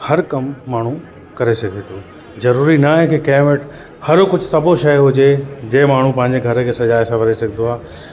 हर कमु माण्हू करे सघे थो ज़रूरी नाहे कि कंहिं वटि हर कुझु सभु शइ हुजे जंहिं माण्हू पंहिंजे घर खे सजाए सवारे सघंदो आहे